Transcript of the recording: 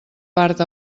part